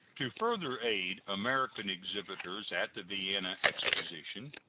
to further aid american exhibitors at the vienna exposition,